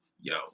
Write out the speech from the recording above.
yo